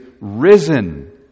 risen